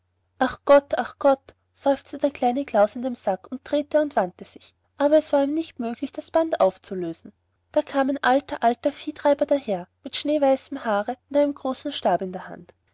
ach gott ach gott seufzte der kleine klaus im sack und drehte und wandte sich aber es war ihm nicht möglich das band aufzulösen da kam ein alter alter viehtreiber daher mit schneeweißem haare und einem großen stab in der hand